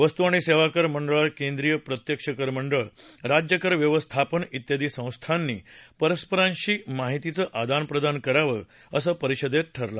वस्तू आणि सेवा कर मंडळ केंद्रीय प्रत्यक्ष कर मंडळ राज्य कर व्यवस्थापन त्यादी संस्थांनी परस्परांशी माहितीचं आदान प्रदान करावं असं परिषदेत ठरलं